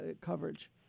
coverage